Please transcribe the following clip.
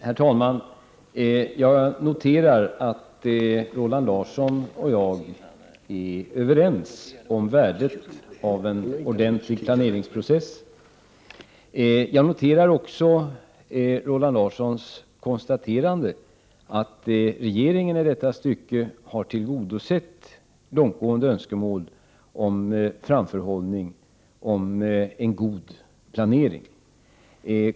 Herr talman! Jag noterar att Roland Larsson och jag är överens om värdet av en ordentlig planeringsprocess. Jag noterar också Roland Larssons konstaterande att regeringen i detta stycke har tillgodosett långtgående önskemål om framförhållning när det gäller en god planering.